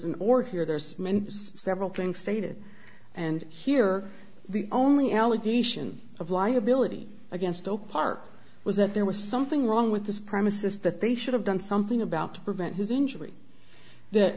an or here there's several things stated and here the only allegation of liability against all part was that there was something wrong with this premises that they should have done something about prevent his injury th